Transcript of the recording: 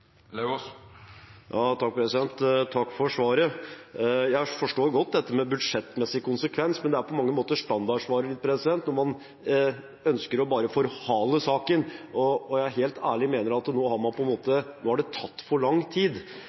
saken. Takk for svaret. Jeg forstår godt dette med budsjettmessig konsekvens, men det er på mange måter standardsvaret når man bare ønsker å forhale saken. Jeg mener helt ærlig at nå har det tatt for lang tid,